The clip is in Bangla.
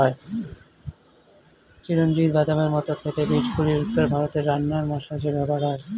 চিরঞ্জিত বাদামের মত খেতে বীজগুলি উত্তর ভারতে রান্নার মসলা হিসেবে ব্যবহার হয়